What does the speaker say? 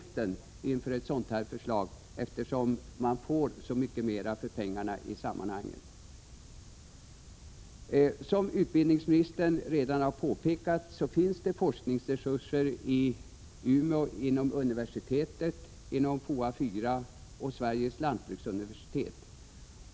1986/87:44 sådant här förslag, eftersom man får så mycket mera för pengarna i 8 december 1986 sammanhanget. Som utbildningsministern redan har påpekat finns det forskningsresurser i Umeå på området inom universitetet, FOA 4 och Sveriges lantbruksuniversitet.